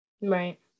Right